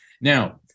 Now